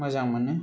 मोजां मोनो